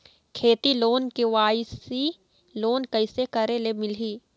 खेती loan KYC loan कइसे करे ले मिलही?